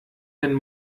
deinen